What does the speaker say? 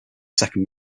second